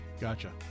Gotcha